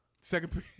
Second